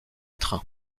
trains